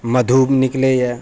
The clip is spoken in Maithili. मधु निकलै यऽ